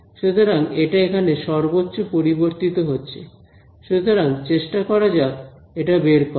সুতরাং এটা এখানে সর্বোচ্চ পরিবর্তিত হচ্ছে সুতরাং চেষ্টা করা যাক এটা বের করার